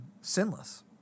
sinless